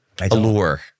allure